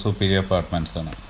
superior apartments. um